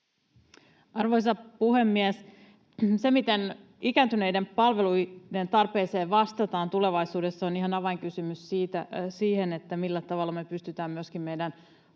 Arvoisa puhemies! Se, miten ikääntyneiden palveluiden tarpeeseen vastataan tulevaisuudessa, on ihan avainkysymys siihen, millä tavalla me pystytään myöskin meidän